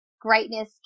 greatness